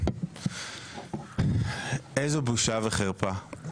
איזו בושה וחרפה.